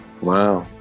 Wow